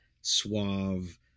suave